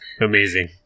Amazing